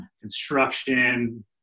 construction